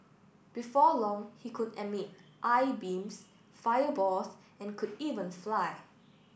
before long he could emit eye beams fireballs and could even fly